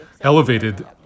elevated